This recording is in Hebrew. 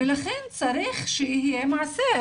ולכן צריך שיהיה מעשה.